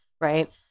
right